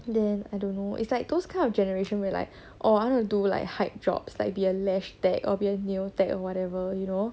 then I don't know it's like those kind of generation we're like oh I want to do like hype jobs like be lashtag or be a neo tech or whatever you know